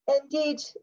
Indeed